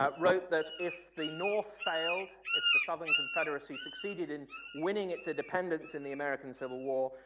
ah wrote that if the north failed, if the southern confederacy succeeded in winning its independence in the american civil war,